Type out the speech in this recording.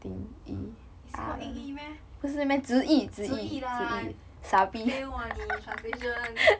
it's called 英译 meh 直译啦 fail ah 你 translation